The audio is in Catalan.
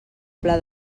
pla